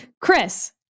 Chris